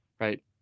right